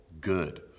good